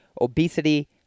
obesity